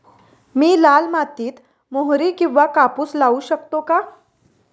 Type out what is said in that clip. मी लाल मातीत मोहरी किंवा कापूस लावू शकतो का?